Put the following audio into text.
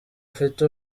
ufite